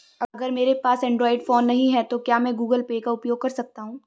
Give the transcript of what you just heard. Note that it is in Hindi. अगर मेरे पास एंड्रॉइड फोन नहीं है तो क्या मैं गूगल पे का उपयोग कर सकता हूं?